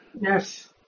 Yes